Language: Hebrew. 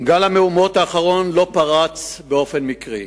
גל המהומות האחרון פרץ לא באופן מקרי,